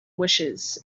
wishes